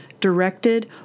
directed